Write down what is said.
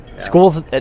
School's